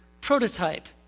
prototype